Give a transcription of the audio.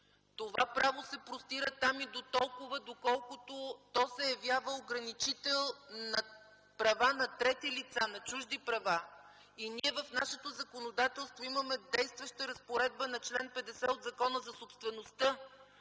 това право се простира там и дотолкова, доколкото се явява ограничител на права на трети лица, на чужди права. Ние в нашето законодателство имаме действаща разпоредба на чл. 50 от Закона за собствеността,